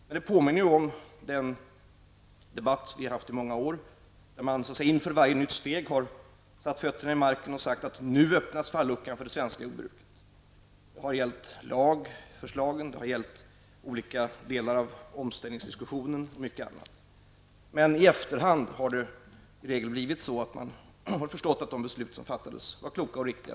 Men det påminner om den debatt som vi har haft i många år där man inför varje nytt steg har så att säga satt fötterna i marken och sagt att falluckan nu öppnas för det svenska jordbruket. Det har hjälpt lagförslagen, olika delar av omställningsdiskussionen och mycket annat. Men i efterhand har man i regel förstått att de beslut som fattades var kloka och riktiga.